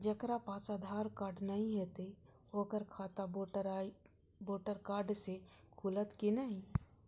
जकरा पास आधार कार्ड नहीं हेते ओकर खाता वोटर कार्ड से खुलत कि नहीं?